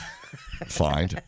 Fine